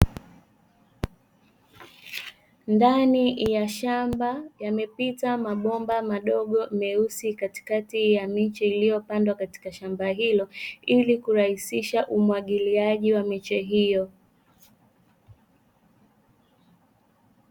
Ndani ya shamba, yamepita mabomba madogo meusi katikati ya miche iliyopandwa katika shamba hilo, ili kurahisisha umwagiliaji wa miche hiyo.